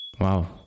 Wow